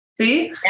See